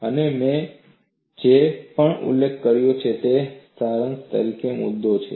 અને મેં જે પણ ઉલ્લેખ કર્યો છે તે અહીં સારાંશ તરીકેનો મુદ્દોછે